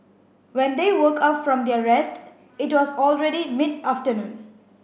when they woke up from their rest it was already mid afternoon